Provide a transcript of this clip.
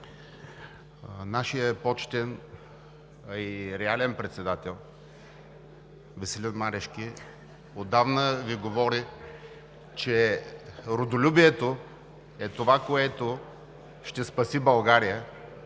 нашият почетен и реален председател Веселин Марешки отдавна Ви говори, че родолюбието е това, което ще спаси България.